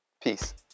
Peace